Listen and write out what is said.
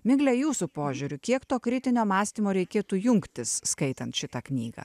migle jūsų požiūriu kiek to kritinio mąstymo reikėtų jungtis skaitant šitą knygą